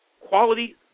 quality